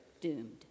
doomed